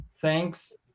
Thanks